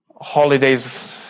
holidays